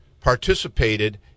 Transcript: participated